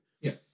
Yes